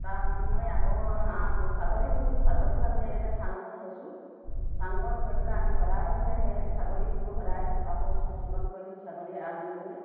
তাৰ বিনিময়ে আকৌ হাঁহ আকৌ ছাগলী পুহিছোঁ ছাগলীও আমি এনেকৈ চাংঘৰত থৈছোঁ চাংঘৰত থৈ পেলাই আমি সদায় মানে সেই ছাগলী গোবোৰ সদায় চাফা কৰোঁ চাফচিকুণ কৰি ছাগলী এৰাল দিওঁগৈ